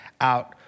out